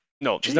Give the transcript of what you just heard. no